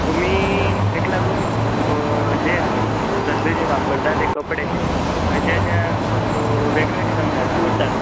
तुमी तेका लागून जे आमी सद्दां जे वापरता ते कपडे म्हळ्यार ज्या ज्या वेग वेगळ्या रंगाचे उरता